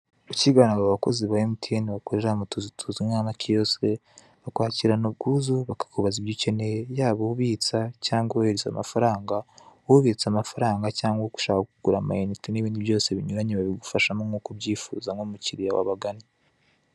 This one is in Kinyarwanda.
Ukigana aba bakozi ba emutiyeni bakorera mu tuzu tuzwi nk'amakiyosike, bakwakirana ubwuzu bakakubaza ibyo ukeneye yaba ubitsa cyangwa uwohereza amafaranga, ubitsa amafaranga cyangwa ushaka kugura amayinite n'ibindi byose binyuranye babigufashamo nk'uko ubyifuza nk'umukiliya wabagannye.